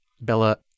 Bella